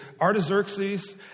Artaxerxes